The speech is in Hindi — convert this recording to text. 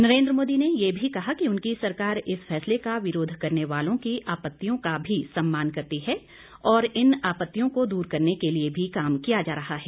नरेंद्र मोदी ने यह भी कहा कि उनकी सरकार इस फैसले का विरोध करने वालों की आपत्तियों का भी सम्मान करती है और इन आपत्तियों को दूर करने के लिये भी काम किया जा रहा है